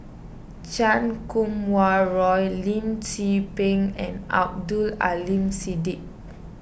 Chan Kum Wah Roy Lim Tze Peng and Abdul Aleem Siddique